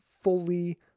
fully